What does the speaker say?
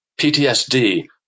PTSD